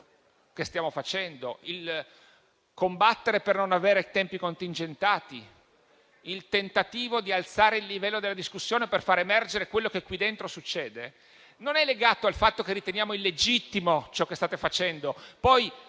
che stiamo facendo, il combattere per non avere tempi contingentati, il tentativo di alzare il livello della discussione per fare emergere quello che qui dentro succede, non è legato al fatto che riteniamo illegittimo ciò che state facendo.